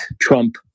Trump